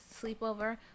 sleepover